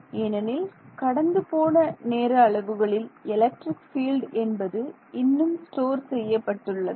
ஏனெனில் கடந்து போன நேர அளவுகளில் எலக்ட்ரிக் பீல்ட் என்பது இன்னும் ஸ்டோர் செய்யப்பட்டுள்ளது